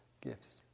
gifts